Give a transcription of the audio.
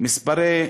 מספרי